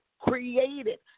created